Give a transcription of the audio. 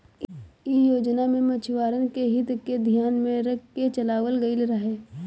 इ योजना के मछुआरन के हित के धियान में रख के चलावल गईल रहे